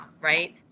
right